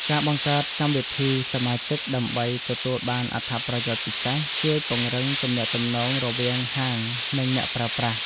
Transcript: ការបង្កើតកម្មវិធីសមាជិកដើម្បីទទួលបានអត្ថប្រយោជន៍ពិសេសជួយពង្រឹងទំនាក់ទំនងរវាងហាងនិងអ្នកប្រើប្រាស់។